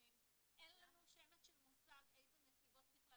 --- אין לנו שמץ של מושג איזה נסיבות בכלל